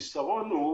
החיסרון הוא